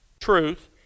truth